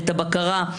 את הבקרה?